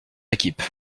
équipe